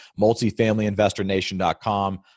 multifamilyinvestornation.com